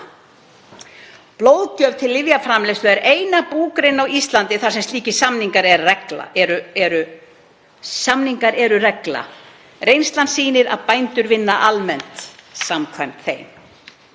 Blóðgjöf til lyfjaframleiðslu er eina búgreinin á Íslandi þar sem slíkir samningar eru regla. Reynslan sýnir að bændur vinna almennt samkvæmt þeim.